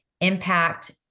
impact